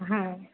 हा